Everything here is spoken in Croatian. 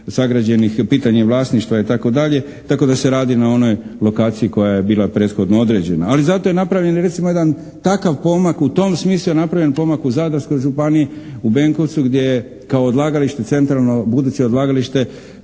sagrađenih, pitanje vlasništva itd., tako da se radi na onoj lokaciji koja je bila prethodno određena. Ali zato je napravljen jedan takav pomak, u tom smislu je napravljen pomak u Zadarskoj županiji u Benkovcu gdje je kao odlagalište centralno buduće odlagalište